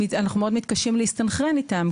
כי אנחנו מאוד מתקשים להסתנכרן איתם,